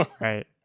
right